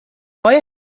آیا